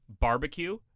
barbecue